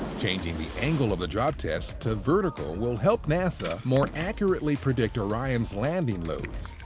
changing the angle of the drop tests to vertical will help nasa more accurately predict orion's landing loads.